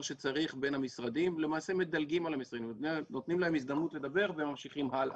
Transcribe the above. שצריך ביניהם ולמעשה מדלגים על המשרדים.